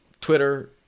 Twitter